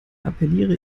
appelliere